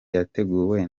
yateguwe